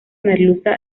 merluza